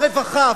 על רווחה.